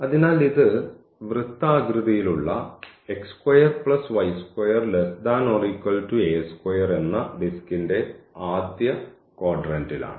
അതിനാൽ ഇത് വൃത്താകൃതിയിലുള്ള എന്ന ഡിസ്കിന്റെ ആദ്യ ക്വാഡ്രന്റിലാണ്